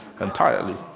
Entirely